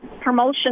promotion